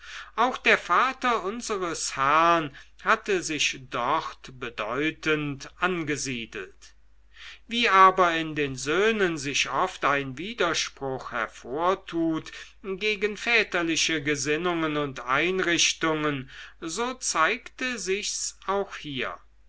auch der vater unseres herrn hatte sich dort bedeutend angesiedelt wie aber in den söhnen sich oft ein widerspruch hervortut gegen väterliche gesinnungen und einrichtungen so zeigte sich's auch hier